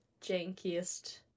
jankiest